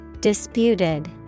Disputed